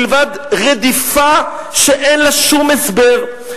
מלבד רדיפה שאין לה שום הסבר,